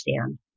understand